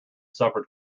suffered